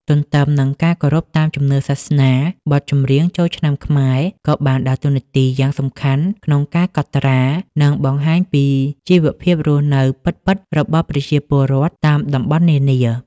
ទន្ទឹមនឹងការគោរពតាមជំនឿសាសនា បទចម្រៀងចូលឆ្នាំខ្មែរក៏បានដើរតួនាទីយ៉ាងសំខាន់ក្នុងការកត់ត្រា និងបង្ហាញពីជីវភាពរស់នៅពិតៗរបស់ប្រជាពលរដ្ឋតាមតំបន់នានា។